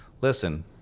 Listen